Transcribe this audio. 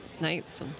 nights